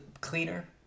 cleaner